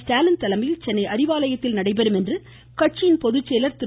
ஸ்டாலின் தலைமையில் சென்னை அறிவாலயத்தில் நடைபெறும் என்று அக்கட்சியின் பொதுச்செயலர் திரு